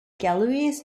galleries